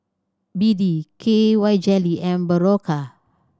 B D K Y Jelly and Berocca